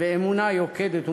ואמונה יוקדת ומידבקת.